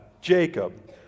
Jacob